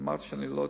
ואמרתי שאני לא אתחמק.